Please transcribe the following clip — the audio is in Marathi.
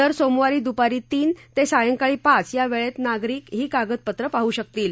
दर सोमवारी दुपारी तीन ते सायंकाळी पाच या वेळेत नाग रक ही कागदप ं पाह शकतील